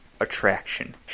attraction